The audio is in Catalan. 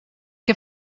que